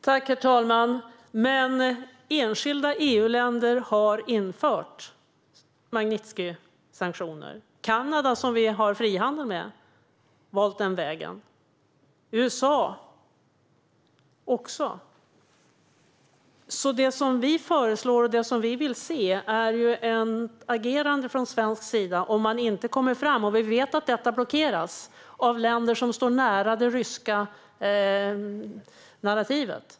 Herr talman! Men enskilda EU-länder har infört Magnitskijsanktioner. Kanada, som vi har frihandel med, har valt den vägen, liksom USA. Det vi föreslår och vill se är ett agerande från svensk sida om man inte kommer fram, och vi vet att detta blockeras av länder som står nära det ryska narrativet.